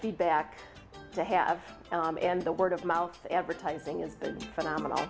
feedback to have and the word of mouth advertising is phenomenal